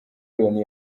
loni